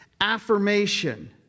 affirmation